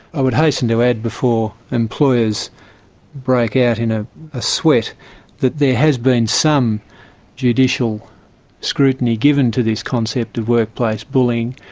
i would hasten to add before employers break out in a ah sweat that there has been some judicial scrutiny given to this concept of workplace bullying,